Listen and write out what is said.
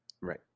Right